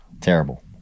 Terrible